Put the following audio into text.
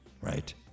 right